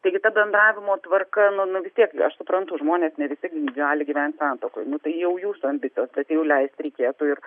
taigi ta bendravimo tvarka nu nu vis tiek aš nesuprantu žmonės ne visi gali gyvent santuokoje nu tai jau jūsų ambicijos bet jau leisti reikėtų ir